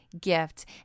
Gift